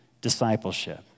discipleship